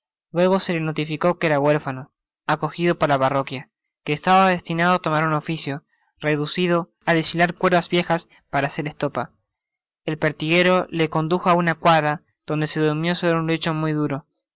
luego se le notificó que era huérfano acogido por la parroquia que estaba destinado á tomar un oficio reducido á designar cuerdas viejas para hacer estopa el pertiguero le condujo á una cuadra donde se durmió sobre un lecho muy duro